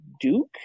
Duke